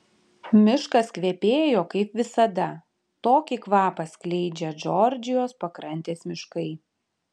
miškas kvepėjo kaip visada tokį kvapą skleidžia džordžijos pakrantės miškai